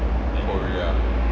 korea